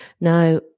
Now